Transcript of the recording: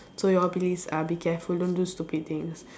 so you all please uh be careful don't do stupid things